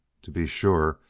to be sure,